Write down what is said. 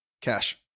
Cash